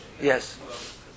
Yes